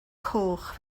coch